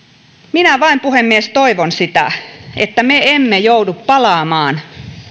minä vain puhemies toivon sitä että me emme joudu palaamaan